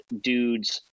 dudes